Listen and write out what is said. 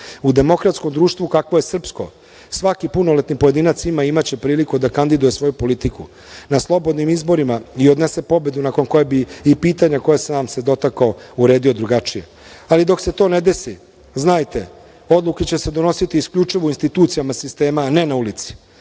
demokratskom društvu kakvo je srpsko, svaki punoletni pojedinac ima i imaće priliku da kandiduje svoju politiku na slobodnim izborima i odnese pobedu nakon koje bi i pitanja kojih sam se dotakao uredio drugačije. Ali dok se to ne desi, znajte, odluke će se donositi isključivo u institucijama sistema, a ne na ulici. Ja